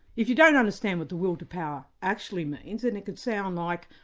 if you don't understand what the will to power actually means, it and it can sound like,